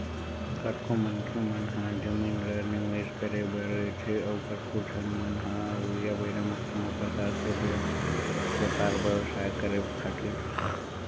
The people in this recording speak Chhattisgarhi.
कतको मनखे मन ह जमीन ल निवेस करे बर लेथे अउ कतको झन मन ह अवइया बेरा म कोनो परकार के बेपार बेवसाय करे खातिर